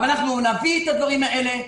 אבל אנחנו נביא את הדברים האלה,